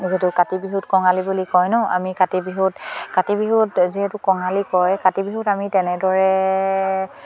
যিহেতু কাতি বিহুত কঙালী বুলি কয় ন আমি কাতি বিহুত কাতি বিহুত যিহেতু কঙালী কয় কাতি বিহুত আমি তেনেদৰে